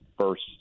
first